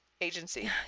agency